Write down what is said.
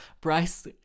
Bryce